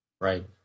Right